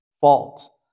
fault